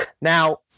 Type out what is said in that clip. Now